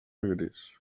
gris